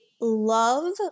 love